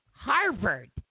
Harvard